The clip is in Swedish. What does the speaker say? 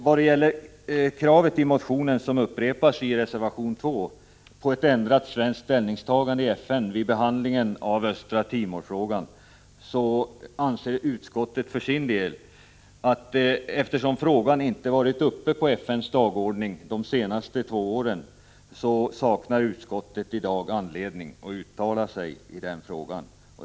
Vad gäller kravet i motionen, som upprepas i reservation 2, på ett ändrat svenskt ställningstagande i FN vid behandling av Östra Timor-frågan anser utskottet för sin del att, eftersom frågan inte varit uppe på FN:s dagordning de senaste två åren, utskottet saknar anledning att i dag uttala sig i frågan.